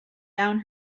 down